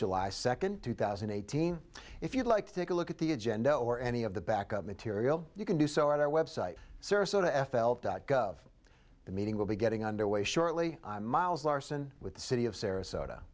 july second two thousand and eighteen if you'd like to take a look at the agenda or any of the backup material you can do so at our website sarasota f l the meeting will be getting underway shortly miles larsen with the city of sarasota